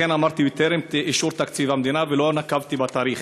לכן אמרתי "בטרם אישור תקציב המדינה" ולא נקבתי בתאריך,